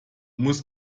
muss